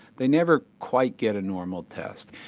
they never quite get a normal test.